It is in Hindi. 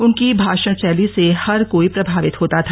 उनकी भाषण शैली से हर कोई प्रभावित होता था